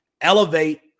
elevate